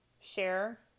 share